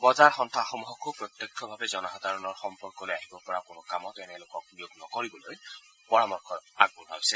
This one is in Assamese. বজাৰ সন্থাসমূহকো প্ৰত্যক্ষভাৱে জনসাধাৰণৰ সম্পৰ্কলৈ আহিব পৰা কোনো কামত এনে লোকক নিয়োগ নকৰিবলৈ পৰামৰ্শ আগবঢ়োৱা হৈছে